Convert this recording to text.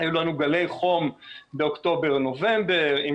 היו לנו גלי חום באוקטובר נובמבר עם